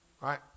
right